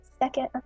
second